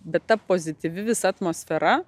bet ta pozityvi visa atmosfera